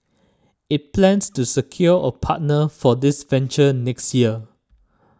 it plans to secure a partner for this venture next year